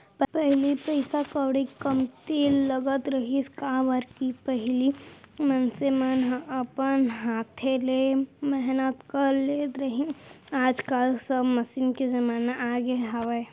पहिली पइसा कउड़ी कमती लगत रहिस, काबर कि पहिली मनसे मन ह अपन हाथे ले मेहनत कर लेत रहिन आज काल सब मसीन के जमाना आगे हावय